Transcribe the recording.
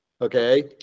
Okay